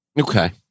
Okay